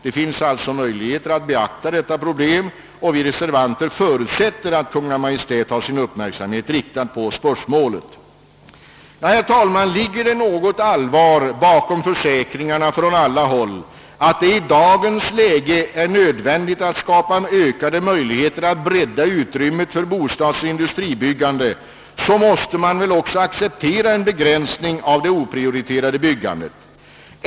Det finns alltså möjligheter att beakta detta problem, och vi reservanter förutsätter att Kungl. Maj:t har sin uppmärksamhet riktad på spörsmålet. Herr talman! Ligger det något allvar bakom försäkringarna från alla håll att det i dagens läge är nödvändigt att skapa ökade möjligheter att bredda utrymmet för bostadsoch industribyggande, måste man väl också acceptera en begränsning av det oprioriterade byggandet.